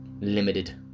limited